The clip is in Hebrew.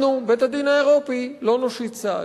אנחנו, בית-הדין האירופי, לא נושיט סעד.